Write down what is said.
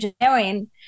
engineering